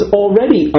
already